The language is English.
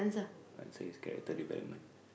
answer is character development